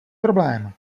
problém